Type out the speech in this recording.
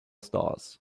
stars